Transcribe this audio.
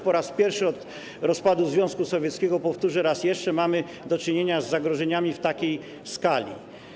Po raz pierwszy od rozpadu Związku Sowieckiego, powtórzę raz jeszcze, mamy do czynienia z zagrożeniami w takiej skali.